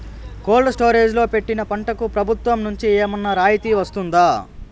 Cold storage లో పెట్టిన పంటకు ప్రభుత్వం నుంచి ఏమన్నా రాయితీ వస్తుందా?